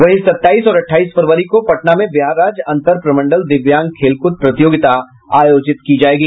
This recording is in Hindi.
वहीं सत्ताईस और अठाईस फरवरी को पटना में बिहार राज्य अन्तर प्रमंडल दिव्यांग खेल कूद प्रतियोगिता आयोजित की जायेगी